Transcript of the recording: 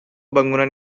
bangunan